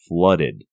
flooded